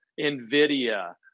NVIDIA